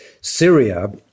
Syria